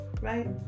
right